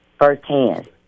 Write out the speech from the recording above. firsthand